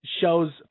Shows